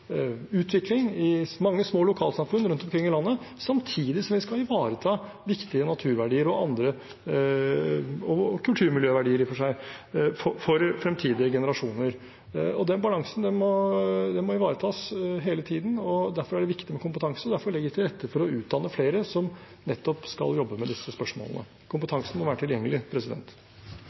utvikling i mange små lokalsamfunn rundt omkring i landet samtidig som vi skal ivareta viktige naturverdier, og i og for seg kulturmiljøverdier, for fremtidige generasjoner. Den balansen må ivaretas hele tiden. Derfor er det viktig med kompetanse. Derfor legger vi til rette for å utdanne flere som nettopp skal jobbe med disse spørsmålene. Kompetansen må være tilgjengelig.